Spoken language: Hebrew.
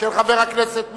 של חבר הכנסת מוזס,